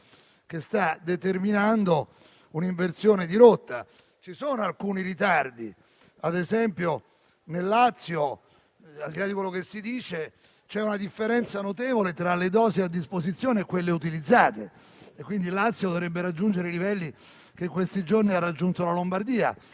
che sta determinando un'inversione di rotta. Ci sono alcuni ritardi. Ad esempio nel Lazio, al di là di quello che si dice, c'è una differenza notevole tra le dosi a disposizione e quelle utilizzate. Il Lazio dovrebbe raggiungere i livelli che in questi giorni ha raggiunto la Lombardia,